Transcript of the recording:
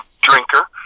drinker